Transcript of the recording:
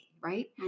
right